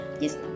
yes